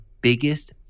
biggest